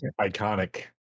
Iconic